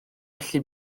allu